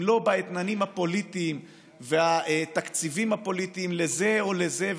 אם לא באתננים הפוליטיים והתקציבים הפוליטיים לזה או לזה,